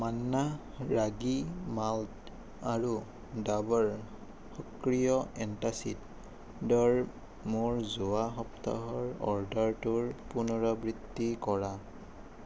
Manna ragi malt আৰু ডাৱৰ সক্ৰিয় antacid ডৰ মোৰ যোৱা সপ্তাহৰ অৰ্ডাৰটোৰ পুনৰাবৃত্তি কৰা